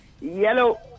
Yellow